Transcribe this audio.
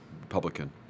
Republican